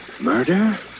Murder